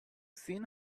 seen